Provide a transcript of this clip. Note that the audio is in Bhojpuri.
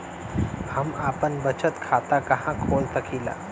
हम आपन बचत खाता कहा खोल सकीला?